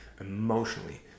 emotionally